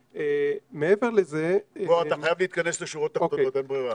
אתה חייב להתכנס לשורות תחתונות, אין ברירה.